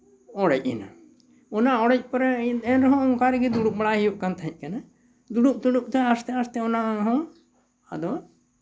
ᱚᱲᱮᱡ ᱮᱱᱟ ᱚᱱᱟ ᱚᱲᱮᱡ ᱯᱚᱨᱮ ᱮᱱᱨᱮᱦᱚᱸ ᱚᱱᱠᱟ ᱨᱮᱜᱮ ᱫᱩᱲᱩᱵ ᱵᱟᱲᱟᱭ ᱦᱩᱭᱩᱜ ᱠᱟᱱ ᱛᱟᱦᱮᱸᱜ ᱠᱟᱱᱟ ᱫᱩᱲᱩᱵ ᱫᱩᱲᱩᱵ ᱛᱮ ᱟᱥᱛᱮ ᱟᱥᱛᱮ ᱚᱱᱟ ᱦᱚᱸ ᱟᱫᱚ